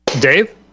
Dave